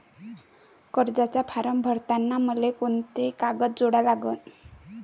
कर्जाचा फारम भरताना मले कोंते कागद जोडा लागन?